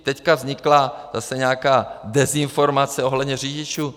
Teď vznikla zase nějaká dezinformace ohledně řidičů.